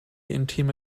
intime